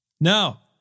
Now